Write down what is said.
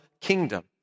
kingdom